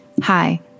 Hi